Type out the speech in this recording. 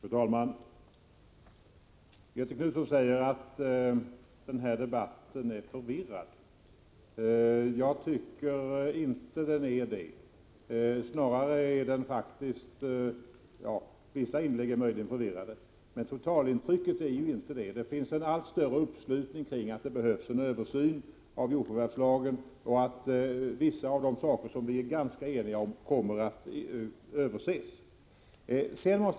Fru talman! Göthe Knutson säger att den här debatten är förvirrad. Jag tycker inte att den är det. Vissa inlägg är möjligen förvirrade, men totalintrycket är inte det. Det finns en allt större uppslutning kring att det behövs en översyn av jordförvärvslagen, och vissa av de saker som vi är ganska eniga om kommer att förändras.